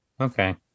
Okay